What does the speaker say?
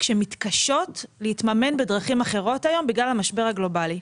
שמתקשות להתממן בדרכים אחרות בגלל המשבר הגלובלי.